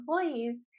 employees